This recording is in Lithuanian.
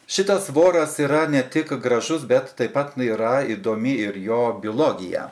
šitas voras yra ne tik gražus bet taip pat na yra įdomi ir jo biologija